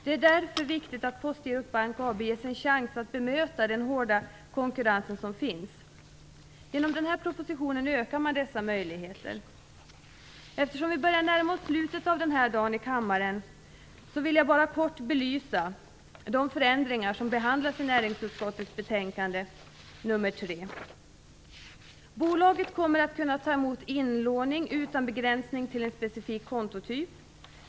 Det är därför viktigt att Postgirot Bank AB ges en chans att bemöta den hårda konkurrens som finns. Genom den här propositionen ökar man dessa möjligheter. Eftersom vi börjar att närma oss slutet av den här dagen i kammaren vill jag bara kort belysa de förändringar som behandlas i näringsutskottets betänkande nr 3. Bolaget kommer att kunna ta emot inlåning utan begränsning till en specifik kontotyp.